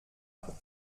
pour